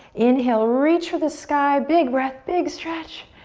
inhale, reach for the sky. big breath, big stretch.